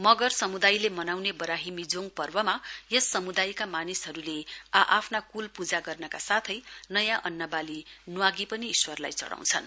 मगर समुदायले मनाउने बराहिमिजोङ पर्वमा यस समुदायका मानिसहरूले आ आफ्ना कुल पूजा गर्नका साथै नयाँ अन्नवाली न्वागी पनि इश्वरलाई चढाउँछन्